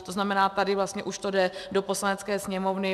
To znamená, tady vlastně už to jde do Poslanecké sněmovny.